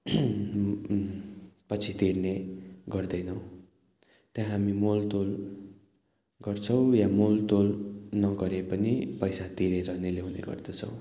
पछि तिर्ने गर्दैनौँ त्यहाँ मोलतोल गर्छौँ या मोलतोल नगरे पनि पैसा तिरेर नै ल्याउने गर्दछौँ